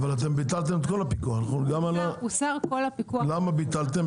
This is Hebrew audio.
למה ביטלתם?